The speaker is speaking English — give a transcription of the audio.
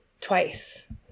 twice